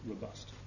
robust